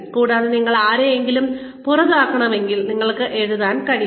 കൂടാതെ നിങ്ങൾക്ക് ആരെയെങ്കിലും പുറത്താക്കണമെങ്കിൽ നിങ്ങൾക്ക് എഴുതാൻ കഴിയണം